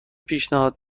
پیشنهاد